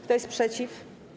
Kto jest przeciw?